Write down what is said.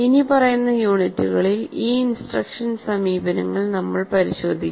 ഇനിപ്പറയുന്ന യൂണിറ്റുകളിൽ ഈ ഇൻസ്ട്രക്ഷൻ സമീപനങ്ങൾ നമ്മൾ പരിശോധിക്കും